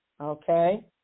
okay